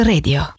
Radio